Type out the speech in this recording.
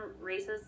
races